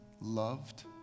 loved